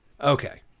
Okay